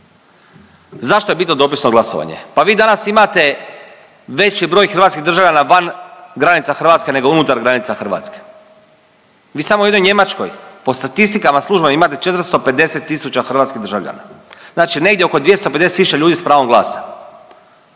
Zašto je bitno dopisno glasovanje? Pa vi danas imate veći broj hrvatskih državljana van granica Hrvatske, nego unutar granica Hrvatske. Vi samo u jednoj Njemačkoj po statistikama službenim imate 450 000 hrvatskih državljana, znači negdje 250000 ljudi sa pravom glasa.